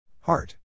Heart